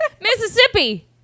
Mississippi